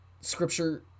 Scripture